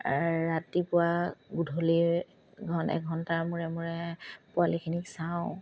ৰাতিপুৱা গধূলি এঘণ্টাৰ মূৰে মোৰে পোৱালিখিনিক চাওঁ